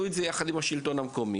אני